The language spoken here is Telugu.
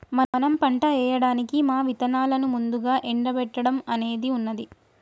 మనం పంట ఏయడానికి మా ఇత్తనాలను ముందుగా ఎండబెట్టడం అనేది ఉన్నది